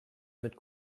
mit